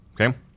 okay